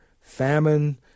famine